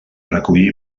recollí